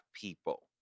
people